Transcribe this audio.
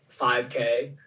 5K